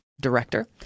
director